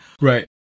Right